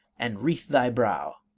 and wreathe thy brow.